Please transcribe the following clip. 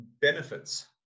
benefits